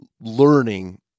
learning